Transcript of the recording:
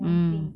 mm